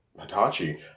Hitachi